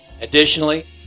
Additionally